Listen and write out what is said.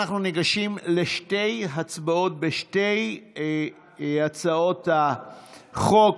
אנחנו ניגשים לשתי הצבעות על שתי הצעות החוק.